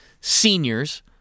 seniors